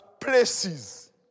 places